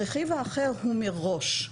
הרכיב האחר הוא מראש.